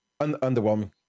Underwhelming